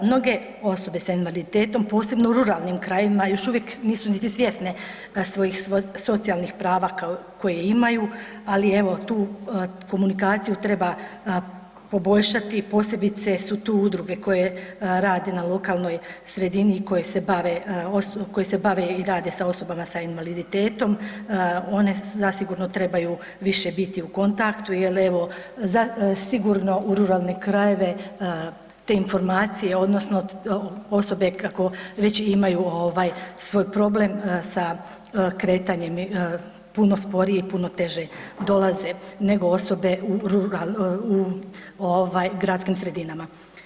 Mnoge osobe sa invaliditetom posebno u ruralnim krajevima još uvijek nisu niti svjesne svojih socijalnih prava koje imaju, ali evo, tu komunikaciju treba poboljšati posebice su tu udruge koje rade na lokalnoj sredini i koje se bave i rade sa osobama sa invaliditetom, one zasigurno više trebaju biti u kontaktu jer evo, sigurno u ruralne krajeve te informacije odnosno osobe kako već imaju svoj problem sa kretanjem, puno sporije i puno teže nego osobe u gradskim sredinama.